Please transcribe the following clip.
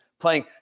playing